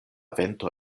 vento